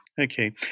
okay